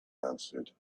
answered